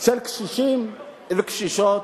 של קשישים וקשישות,